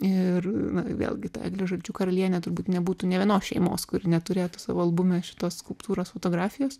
ir vėlgi ta eglė žalčių karalienė turbūt nebūtų nė vienos šeimos kuri neturėtų savo albume šitos skulptūros fotografijos